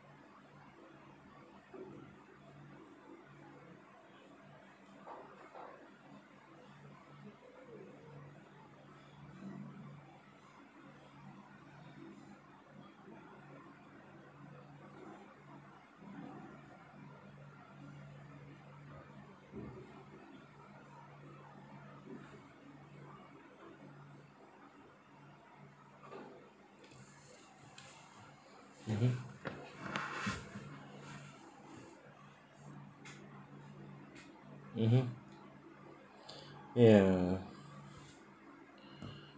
mmhmm mmhmm ya